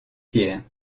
hier